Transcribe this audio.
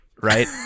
right